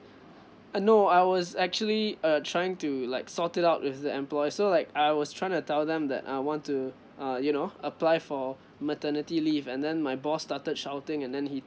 uh no I was actually uh trying to like sort it out with the employer so like I was trying to tell them that I want to uh you know apply for maternity leave and then my boss started shouting and then he